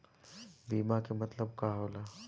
बीमा के मतलब का होला?